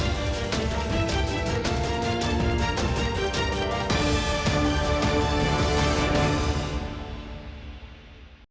Дякую.